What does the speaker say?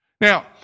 Now